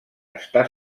està